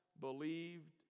believed